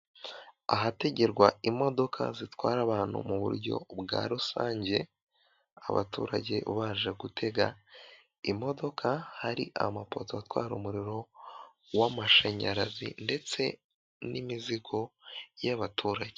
Ahategerwa imodoka zitwara abantu mu buryo bwa rusange, abaturage baje gutega imodoka, hari amapoto atwara umuriro w'amashanyarazi ndetse n'imizigo y'abaturage.